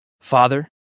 Father